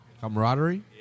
camaraderie